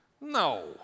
No